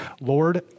Lord